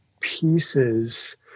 pieces